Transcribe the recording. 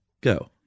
Go